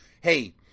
Hey